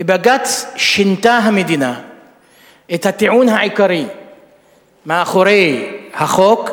בבג"ץ שינתה המדינה את הטיעון העיקרי שמאחורי החוק,